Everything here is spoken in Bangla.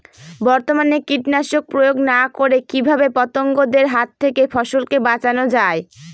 বর্তমানে কীটনাশক প্রয়োগ না করে কিভাবে পতঙ্গদের হাত থেকে ফসলকে বাঁচানো যায়?